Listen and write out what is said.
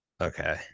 Okay